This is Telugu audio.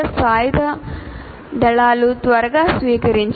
సాయుధ దళాలు త్వరగా స్వీకరించాయి